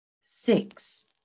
Six